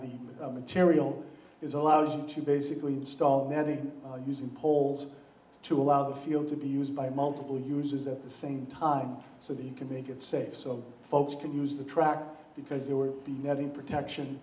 the material is allowed to basically install then using poles to allow the field to be used by multiple users at the same time so that you can make it safe so folks can use the track because they were the netting protection